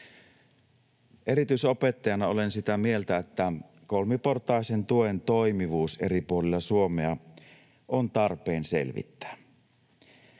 Erityisopettajana olen sitä mieltä, että kolmiportaisen tuen toimivuus eri puolilla Suomea on tarpeen selvittää.